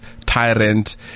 tyrant